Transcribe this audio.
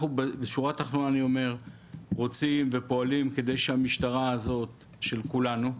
בשורה התחתונה אנחנו רוצים ופועלים כדי שהמשטרה הזאת של כולנו,